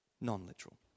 Non-literal